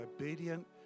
obedient